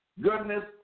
goodness